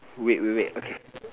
wait wait wait okay